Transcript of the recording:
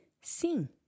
Sim